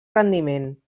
rendiment